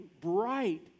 bright